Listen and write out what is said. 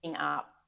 up